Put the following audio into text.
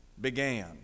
began